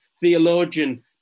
theologian